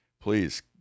please